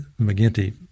McGinty